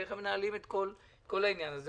איך הם מנהלים את כל העניין הזה?